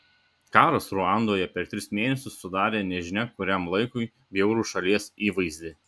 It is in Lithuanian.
karas ruandoje per tris mėnesius sudarė nežinia kuriam laikui bjaurų šalies įvaizdį